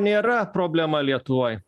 nėra problema lietuvoj